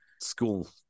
school